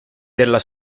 della